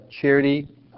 charity